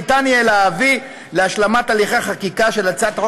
ניתן יהיה להביא להשלמת הליכי החקיקה של הצעת החוק